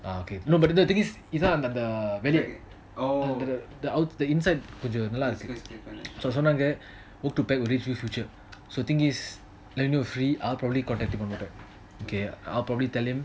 but but the thing is அந்த அந்த வெளிய:antha antha veliya the inside கொஞ்சம் நல்ல இருக்கு:konjam nalla iruku so the thing is when you're free I'll probably contact him one more time okay I'll probably tell him